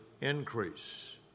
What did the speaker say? increase